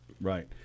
Right